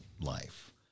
life